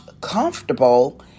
comfortable